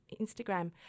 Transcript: Instagram